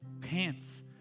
pants